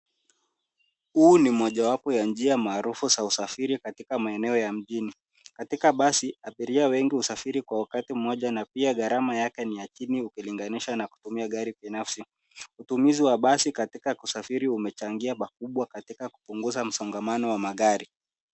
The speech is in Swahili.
Huu ni mojawapo ya njia maarufu za usafiri katika maeneo ya mjini. Katika basi, abiria wengi husafiri kwa wakati mmoja na pia gharama yake ni ya chini ukilinganisha na kutumia gari binafsi. Utumizi wa basi katika kusafiri umechangia pakubwa katika kupunguza msongamano wa magari.